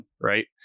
right